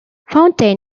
fountain